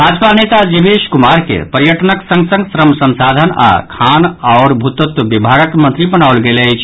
भाजपा नेता जीवेश कुमार के पर्यटनक संग संग श्रम संसाधन आओर खान आ भू तत्व विभागक मंत्री बनाओल गेल अछि